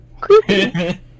Creepy